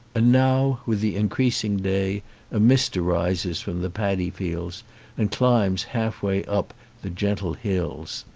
and now with the increasing day a mist arises from the padi fields and climbs half way up the gentle hills.